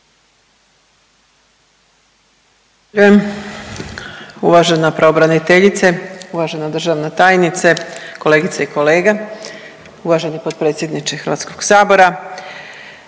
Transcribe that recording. pravobraniteljice, uvažena državna tajnice, kolegice i kolege, uvaženi potpredsjedniče HS. Ponovno